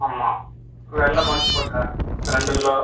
ஆமாம் வெள்ளை மொச்சைக்கொட்ட ரெண்டு கிலோ